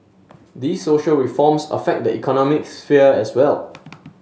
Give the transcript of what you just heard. these social reforms affect the economic sphere as well